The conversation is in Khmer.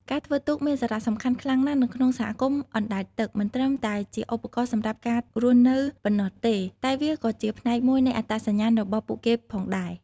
ការធ្វើទូកមានសារៈសំខាន់ខ្លាំងណាស់នៅក្នុងសហគមន៍អណ្តែតទឹក មិនត្រឹមតែជាឧបករណ៍សម្រាប់ការរស់នៅប៉ុណ្ណោះទេ តែវាក៏ជាផ្នែកមួយនៃអត្តសញ្ញាណរបស់ពួកគេផងដែរ។